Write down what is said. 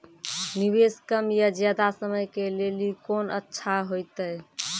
निवेश कम या ज्यादा समय के लेली कोंन अच्छा होइतै?